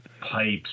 pipes